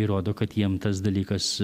įrodo kad jiems tas dalykas